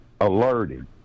alerted